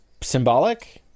symbolic